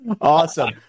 Awesome